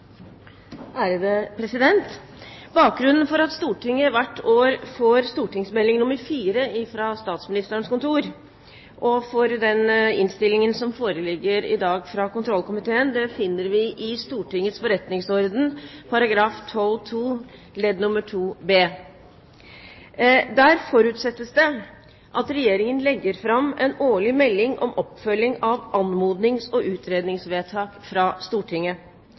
ta sete. Bakgrunnen for at Stortinget hvert år får Meld. St. 4 fra Statsministerens kontor og for den innstillingen som foreligger i dag fra kontrollkomiteen, finner vi i Stortingets forretningsorden, § 12 annet ledd nr. 9b. Der forutsettes det at Regjeringen legger fram en årlig melding om oppfølging av anmodnings- og utredningsvedtak fra Stortinget.